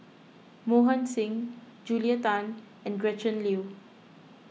Mohan Singh Julia Tan and Gretchen Liu